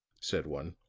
said one.